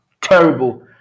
terrible